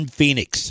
Phoenix